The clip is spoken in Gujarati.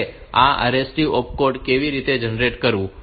હવે આ RST ઓપકોડ કેવી રીતે જનરેટ કરવું